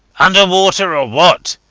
under water or what?